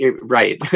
right